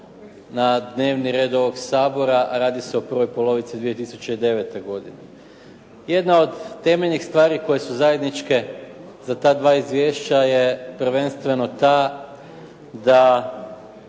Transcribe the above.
na dnevni red ovog Sabora, a radi se o prvoj polovici 2009. godine. Jedna od temeljnih stvari koje su zajedničke za ta dva izvješća je prvenstveno ta u